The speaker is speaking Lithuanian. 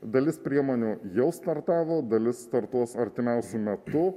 dalis priemonių jau startavo dalis startuos artimiausiu metu